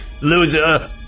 Loser